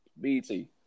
BT